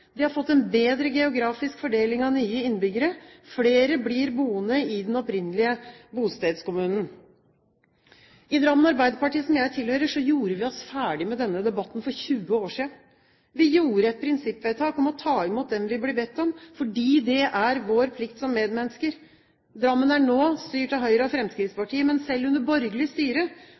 De har fått en bedre geografisk fordeling av nye innbyggere, flere blir boende i den opprinnelige bostedskommunen. I Drammen Arbeiderparti, som jeg tilhører, gjorde vi oss ferdig med denne debatten for 20 år siden. Vi gjorde et prinsippvedtak om å ta imot dem vi blir bedt om, fordi det er vår plikt som medmennesker. Drammen er nå styrt av Høyre og Fremskrittspartiet, men selv under borgerlig styre